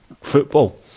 football